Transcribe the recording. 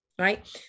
right